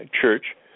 church